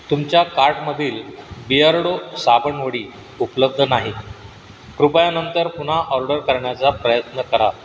तुमच्या कार्टमधील बिअर्डो साबणवडी उपलब्ध नाही कृपया नंतर पुन्हा ऑर्डर करण्याचा प्रयत्न करा